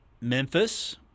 Memphis